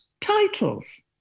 titles